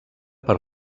per